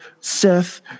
Seth